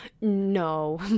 no